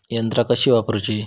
यंत्रा कशी वापरूची?